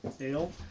ale